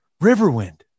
Riverwind